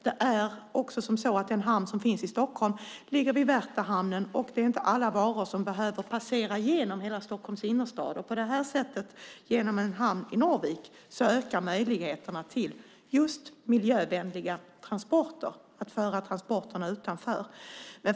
Det är också så att den hamn som finns i Stockholm ligger vid Värtahamnen, och det är inte alla varor som behöver passera genom hela Stockholms innerstad. Genom en hamn i Norvik ökar möjligheterna till miljövänliga transporter genom att transporterna förs utanför staden.